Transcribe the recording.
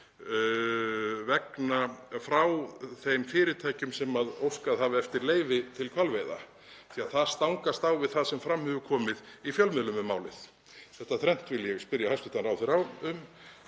frá þeim fyrirtækjum sem óskað hafa eftir leyfi til hvalveiða? — Því að það stangast á við það sem fram hefur komið í fjölmiðlum um málið. Þetta þrennt vil ég spyrja hæstv. ráðherra um: